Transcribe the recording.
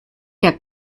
der